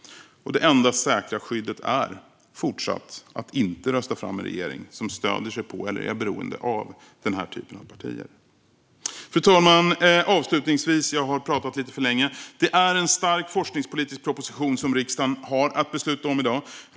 Det enda säkra skyddet är, fortsatt, att inte rösta fram en regering som stöder sig på eller är beroende av den här typen av partier. Fru talman! Avslutningsvis, eftersom jag har pratat lite för länge: Det är en stark forskningspolitisk proposition som riksdagen har att besluta om i dag.